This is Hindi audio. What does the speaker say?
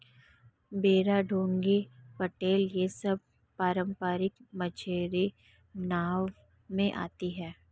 बेड़ा डोंगी पटेल यह सब पारम्परिक मछियारी नाव में आती हैं